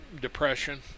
depression